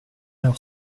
leur